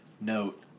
note